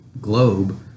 globe